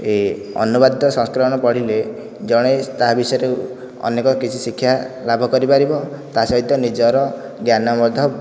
ଏ ଅନୁବାଦିକ ସଂସ୍କରଣ ପଢ଼ିଲେ ଜଣେ ତା ବିଷୟରେ ଅନେକ କିଛି ଶିକ୍ଷା ଲାଭ କରିପାରିବ ତା ସହିତ ନିଜର ଜ୍ଞାନ ମଧ୍ୟ